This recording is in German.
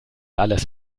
alles